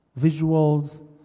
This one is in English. visuals